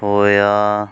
ਹੋਇਆ